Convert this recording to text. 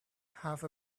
have